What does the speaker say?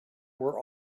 were